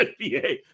NBA